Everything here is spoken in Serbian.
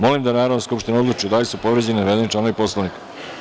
Molim da Narodna skupština odluči da li je povređen navedeni član Poslovnika.